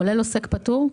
כולל עוסק פטור?